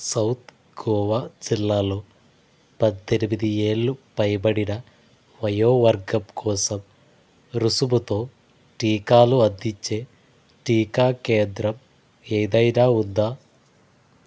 south Goa జిల్లాలో పద్దెనిమిది ఏళ్లు పైబడిన వయోవర్గం కోసం రుసుముతో టీకాలు అందిచ్చే టీకా కేంద్రం ఏదైనా ఉందా